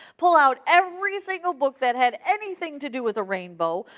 pull out every single book that had anything to do with a rainbow,